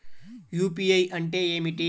UPI అంటే ఏమిటి?